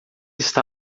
está